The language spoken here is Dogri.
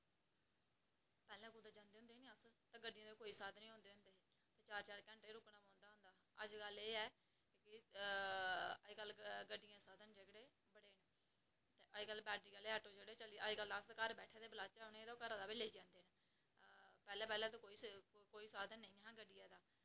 पैह्लें कुदै जंदे होंदे हे नी अस ते गड्डियें दे कोई साधन निं होंदे हे चार चार घैंटे रुकना पौंदा हा अजकल एह् ऐ कि गड्डियें दे साधन जेह्कड़े अजकल बैटरियें आह्ले ऑटो चले दे अजकल घर बैठे दे गलाचै उनें ई ते ओह् घरा बी लेई जंदे पैह्लें पैह्लें ते कोई साधन निं हा गड्डियें दा